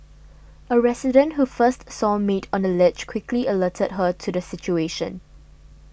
a resident who first saw maid on the ledge quickly alerted her to the situation